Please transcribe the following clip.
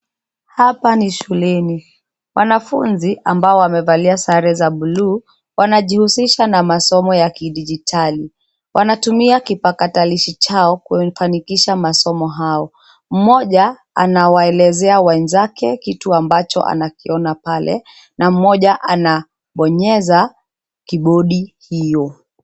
Hapa ni shuleni. Wanafunzi ambao wamevalia sare za bluu, wanajihusisha na masomo ya kidijitali. Wanatumia kipakatalishi chao kufanikisha masomo hayo. Mmoja anawaelezea wenzake kitu ambacho anakiona pale, na mmoja anabonyeza kibodi hiyo.